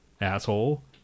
asshole